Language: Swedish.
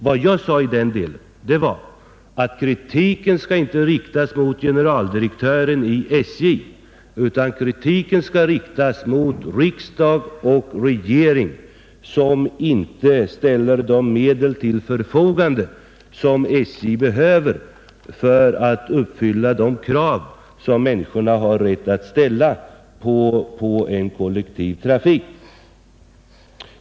Vad jag sade i den delen var att kritiken inte skall riktas mot generaldirektören i SJ utan mot riksdag och regering som inte ställer de medel till förfogande som SJ behöver för att uppfylla de krav som människorna har rätt att ställa på en kollektiv trafik.